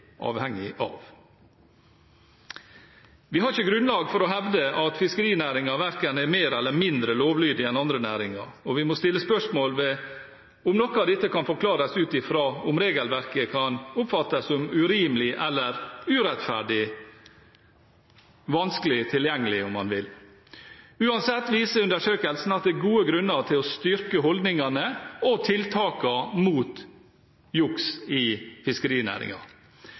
avhengig av. Vi har ikke grunnlag for å hevde at fiskerinæringen verken er mer eller mindre lovlydig enn andre næringer, og vi må stille spørsmål ved om noe av dette kan forklares ut fra om regelverket kan oppfattes som urimelig eller urettferdig – vanskelig tilgjengelig, om man vil. Uansett viser undersøkelsen at det er gode grunner til å styrke holdningene og tiltakene mot juks i